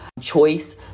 choice